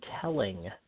telling